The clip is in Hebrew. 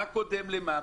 מה קודם למה,